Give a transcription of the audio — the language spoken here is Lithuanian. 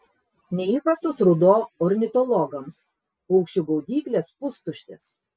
neįprastas ruduo ornitologams paukščių gaudyklės pustuštės